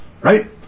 right